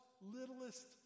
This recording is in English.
littlest